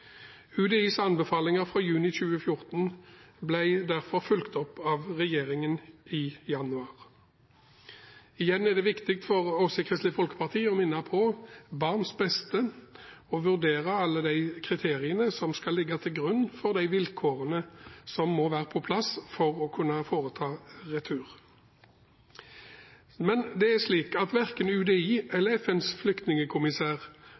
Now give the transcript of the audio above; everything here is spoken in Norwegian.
UDIs anbefalinger fra juni 2014 ble derfor fulgt opp av regjeringen i januar. Igjen er det viktig for oss i Kristelig Folkeparti å minne om barns beste og vurdere alle de kriteriene som skal ligge til grunn for de vilkårene som må være på plass for å kunne foreta retur. Men det er slik at verken UDI eller FNs flyktningkommissær